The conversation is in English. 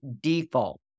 default